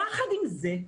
יחד עם זה,